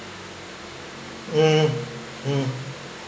mm hmm